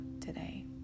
today